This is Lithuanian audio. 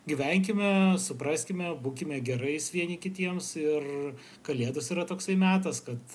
gyvenkime supraskime būkime gerais vieni kitiems ir kalėdos yra toksai metas kad